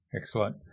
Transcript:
excellent